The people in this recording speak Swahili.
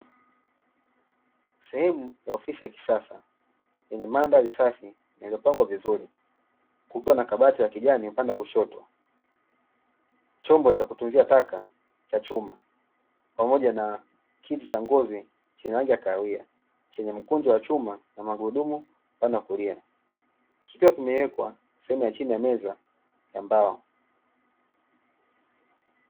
Sehemu ya ofisi ya kisasa yenye madhari sa iliyopangwa vizuri kukiwea na kabati ya kijani upande wa kushoto, chombo cha kutunzia taka cha chuma kiti cha ngozi chenye rangi ya kahawia chenye mkuki wa chuma na magurudumu upande wa kulia, kikiwa kimewekwa sehemu ya chini ya meza ya mbao.